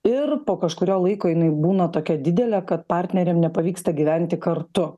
ir po kažkurio laiko jinai būna tokia didelė kad partneriam nepavyksta gyventi kartu